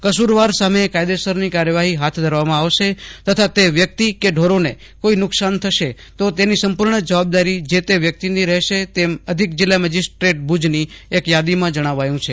કસુરવાર સામે કાયદેસરની કાર્યવાહી હાથ ધરવામાં આવશે તથા તે વ્યક્તિ કે ઢોરોને કોઈ નુકશાન થશે તો તેની સંપૂર્ણ જવાબદારી જે એ વ્યક્તિની રહેશે તેમ અધિક જીલ્લા મેજીસ્ટ્રેટ ભુજની એક થાદીમાં જણાવાયું છે